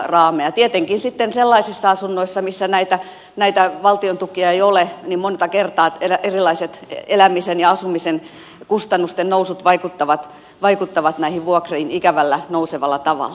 tietenkin sitten sellaisissa asunnoissa missä näitä valtion tukia ei ole monta kertaa erilaiset elämisen ja asumisen kustannusten nousut vaikuttavat näihin vuokriin ikävällä nousevalla tavalla